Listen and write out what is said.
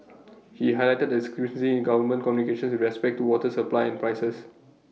he highlighted A discrepancy in government communications respect to water supply and prices